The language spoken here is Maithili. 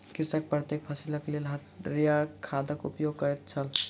कृषक प्रत्येक फसिलक लेल हरियर खादक उपयोग करैत छल